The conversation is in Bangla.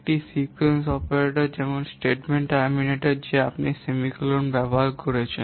একটি সিকোয়েন্স অপারেটর যেমন স্টেটমেন্ট টার্মিনেটর যে আপনি সেমিকোলনটি ব্যবহার করছেন